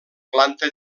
planta